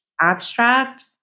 abstract